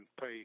pay